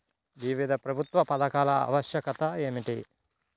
వివిధ ప్రభుత్వా పథకాల ఆవశ్యకత ఏమిటి?